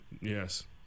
Yes